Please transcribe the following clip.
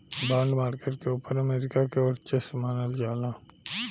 bond market के ऊपर America के वर्चस्व मानल जाला